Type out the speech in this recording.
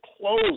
close